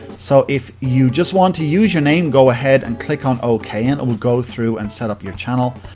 so, if you just want to use your name, go ahead and click on ok, and it will go through and set up your channel,